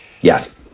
Yes